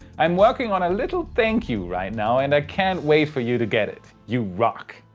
i'm working on a little thank you right now and i can't wait for you to get it! you rock!